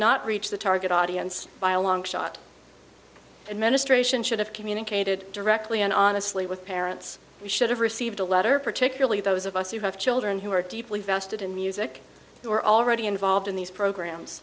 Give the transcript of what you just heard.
not reach the target audience by a long shot and ministration should have communicated directly and honestly with parents we should have received a letter particularly those of us who have children who are deeply vested in music who were already involved in these programs